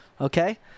okay